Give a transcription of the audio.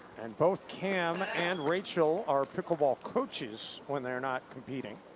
and both cam and rachel are pickleball coaches when they're not competing.